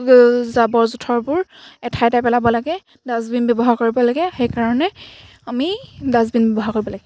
জাবৰ জোঁথৰবোৰ এঠাইতে পেলাব লাগে ডাষ্টবিন ব্যৱহাৰ কৰিব লাগে সেইকাৰণে আমি ডাষ্টবিন ব্যৱহাৰ কৰিব লাগে